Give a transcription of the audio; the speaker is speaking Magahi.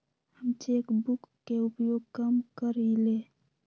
हम चेक बुक के उपयोग कम करइले